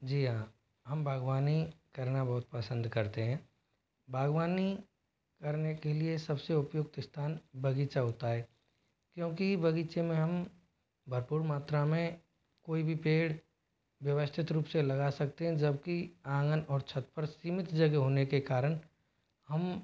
जी हाँ हम बागवानी करना बहुत पसंद करते हैं बागवानी करने के लिए सबसे उपयुक्त स्थान बगीचा होता है क्योंकि बगीचे में हम भरपूर मात्रा में कोई भी पेड़ व्यवस्थित रूप से लगा सकते हैं जबकि आंगन और छत पर सीमित जगह होने के कारण हम